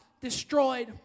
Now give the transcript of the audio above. destroyed